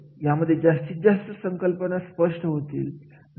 यामध्ये जास्तीत जास्त संकल्पना स्पष्ट होतील